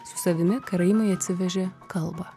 su savimi karaimai atsivežė kalbą